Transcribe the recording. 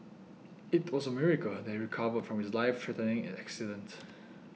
it was a miracle that he recovered from his life threatening accident